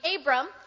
Abram